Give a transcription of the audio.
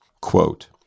Quote